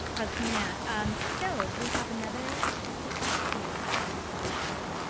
i mean ah um so we have another surprise for you behind the black curtain.